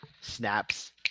snaps